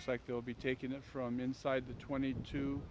it's like they'll be taking it from inside the twenty two